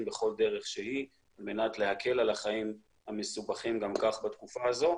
בכל דרך שהיא על מנת להקל על החיים שגם כך הם מסובכים בתקופה הזו.